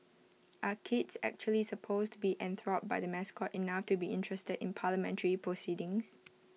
are kids actually supposed to be enthralled by the mascot enough to be interested in parliamentary proceedings